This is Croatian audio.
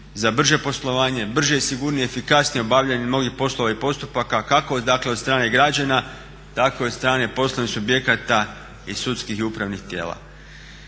za brže poslovanje, brže i sigurnije, efikasnije obavljanje mnogih poslova i postupaka kako dakle od strane građana tako i od strane poslovnih subjekata i sudskih i upravnih tijela.